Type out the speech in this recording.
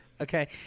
Okay